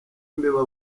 imbeba